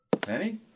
Penny